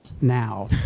now